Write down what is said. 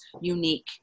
unique